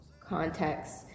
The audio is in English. context